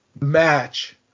match